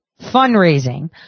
fundraising